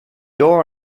door